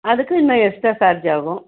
அதுக்கு இன்னும் extra charge ஆகும்